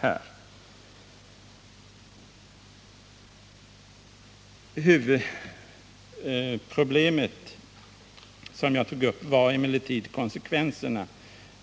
Det huvudproblem som jag tog upp var emellertid konsekvenserna